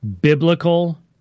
Biblical